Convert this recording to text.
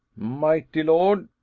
mighty lord,